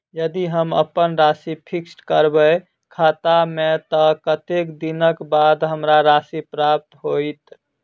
यदि हम अप्पन राशि फिक्स करबै खाता मे तऽ कत्तेक दिनक बाद हमरा राशि प्राप्त होइत?